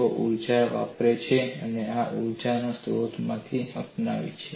તેઓ ઊર્જા વાપરે છે અને આ ઊર્જા કોઈ સ્ત્રોતમાંથી આવવાની છે